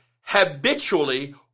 habitually